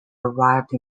arrived